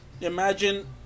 imagine